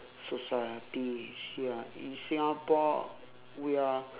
society you see ah in singapore we are